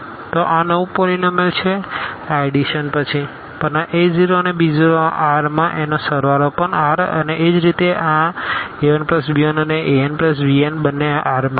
તો આ નવું પોલીનોમીઅલ છે આ એડીશન પછી પણ આ a0 અને b0 આ R માં એનો સળવાળો પણ R અને એ જ રીતે આ a1b1 અને anbn બંને આ R માં હશે